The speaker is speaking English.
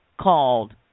called